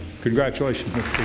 Congratulations